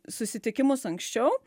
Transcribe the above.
susitikimus anksčiau